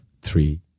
three